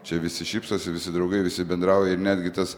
čia visi šypsosi visi draugai visi bendrauja ir netgi tas